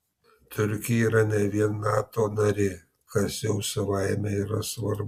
turkija yra ne vien nato narė kas jau savaime yra svarbu